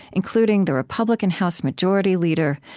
including the republican house majority leader,